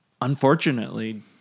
unfortunately